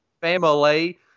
family